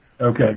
Okay